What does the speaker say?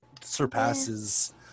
surpasses